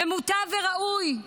מוטב וראוי,